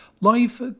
Life